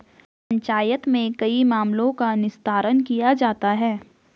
पंचायत में कई मामलों का निस्तारण किया जाता हैं